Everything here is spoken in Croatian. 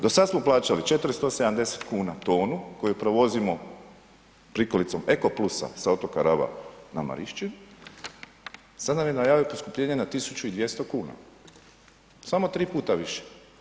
Dosad smo plaćali 470 kn tonu koju prevozimo prikolicom Eko plusa sa otoka Raba na Marišćinu, sad nam je najavio poskupljenje na 1200 kn, samo 3 puta više.